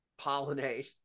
pollinate